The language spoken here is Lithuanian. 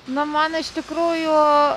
na man iš tikrųjų